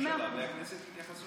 ושהממשלה והכנסת יתייחסו לזה.